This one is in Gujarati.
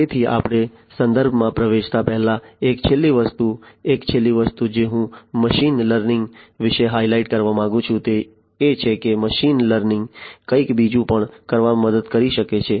તેથી આપણે સંદર્ભોમાં પ્રવેશતા પહેલા એક છેલ્લી વસ્તુ એક છેલ્લી વસ્તુ જે હું મશીન લર્નિંગ વિશે હાઇલાઇટ કરવા માંગુ છું તે એ છે કે મશીન લર્નિંગ કંઈક બીજું પણ કરવામાં મદદ કરી શકે છે